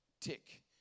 tick